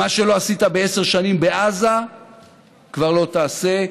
מה שלא עשית בעשר שנים בעזה כבר לא תעשה.